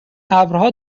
ابرها